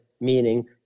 meaning